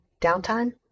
downtime